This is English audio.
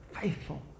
faithful